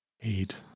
Eight